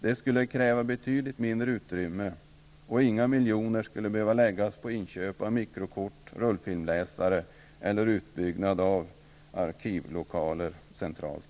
Det skulle kräva betydligt mindre utrymme, och inga miljoner skulle behöva läggas på inköp av mikrokort, rullfilmläsare eller utbyggnad av arkivlokaler centralt.